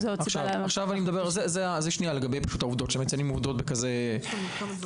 זה לגבי העובדות, כשמציינים עובדות בכזה ביטחון.